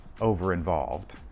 over-involved